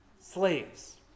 slaves